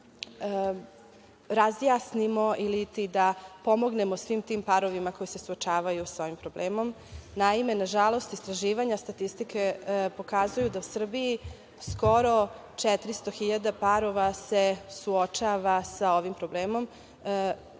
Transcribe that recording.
razjasnimo ili ti da pomognemo svim tim parovima koji se suočavaju sa tim problemom. Nažalost, istraživanja statistike pokazuju da se u Srbiji skoro 400 hiljada parova suočava sa ovim problemom.